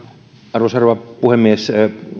arvoisa rouva puhemies